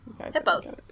Hippos